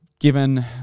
given